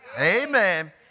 Amen